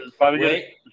wait